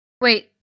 Wait